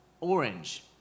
orange